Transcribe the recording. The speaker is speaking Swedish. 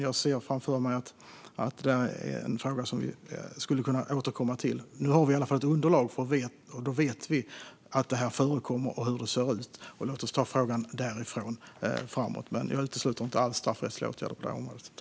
Jag ser framför mig att det är en fråga som vi skulle kunna återkomma till. Nu har vi i alla fall ett underlag. Vi att det här förekommer och hur det ser ut. Låt oss ta frågan därifrån framåt! Jag utesluter inte alls straffrättsliga åtgärder på området.